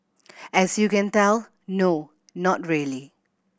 as you can tell no not really